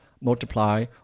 multiply